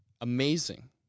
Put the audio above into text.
amazing